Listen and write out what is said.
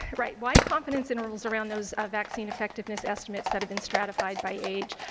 right. why confidence intervals around those vaccine effectiveness estimates that have been stratified by age,